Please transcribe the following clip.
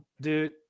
dude